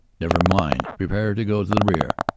never mind prepare to go to the rear.